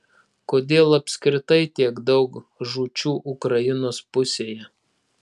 kodėl apskritai tiek daug žūčių ukrainos pusėje